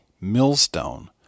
millstone